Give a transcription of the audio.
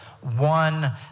One